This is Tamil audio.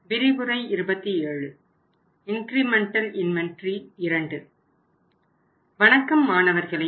வணக்கம் மாணவர்களே